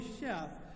chef